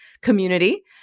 community